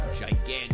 gigantic